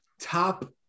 top